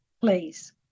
please